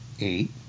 eight